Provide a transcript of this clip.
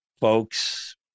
folks